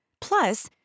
Plus